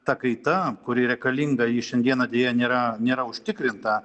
ta kaita kuri rekalinga ji šiandieną deja nėra nėra užtikrinta